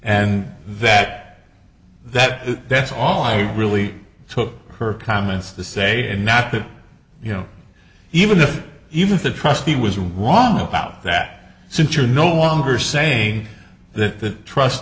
and that that that's all i really took her comments the say and not that you know even if even if the trustee was wrong about that since you're no longer saying that the trust